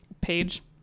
page